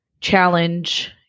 challenge